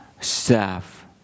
staff